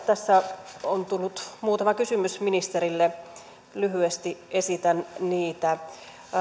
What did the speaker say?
tässä on tullut muutama kysymys ministerille lyhyesti esitän niitä